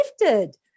lifted